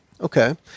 Okay